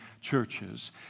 churches